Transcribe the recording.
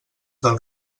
del